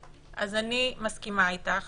אז אני מסכימה איתך